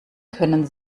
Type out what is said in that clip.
können